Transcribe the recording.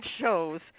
shows